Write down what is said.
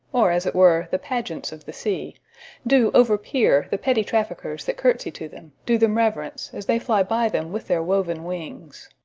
or as it were the pageants of the sea do overpeer the petty traffickers, that curtsy to them, do them reverence, as they fly by them with their woven wings.